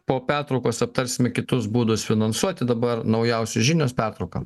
po pertraukos aptarsime kitus būdus finansuoti dabar naujausios žinios pertrauka